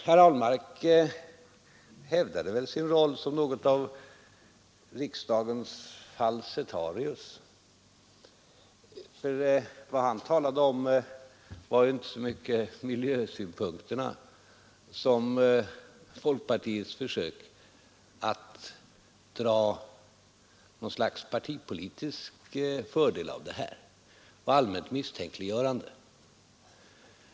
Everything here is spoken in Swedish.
Herr Ahlmark hävdade väl sin roll som något av riksdagens Falsettarius, för vad han talade om var ju inte så mycket miljösynpunkterna som folkpartiets försök att dra något slags partipolitisk fördel av den här situationen och till ett allmänt misstänkliggörande.